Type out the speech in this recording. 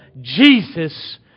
Jesus